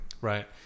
right